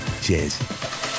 Cheers